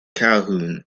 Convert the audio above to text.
calhoun